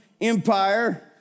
Empire